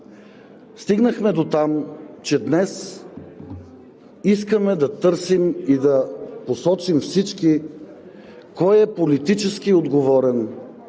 Стигнахме дотам, че днес искаме да търсим и да посочим всички кой е политически отговорен